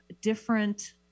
different